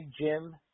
Jim